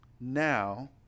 now